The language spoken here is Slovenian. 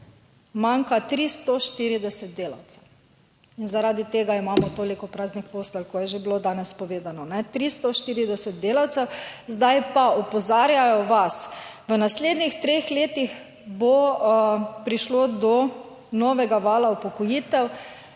manjka 340 delavcev. In zaradi tega imamo toliko praznih postelj, kot je že bilo danes povedano, 340 delavcev. Zdaj pa opozarjajo vas, v naslednjih treh letih bo prišlo do novega vala upokojitev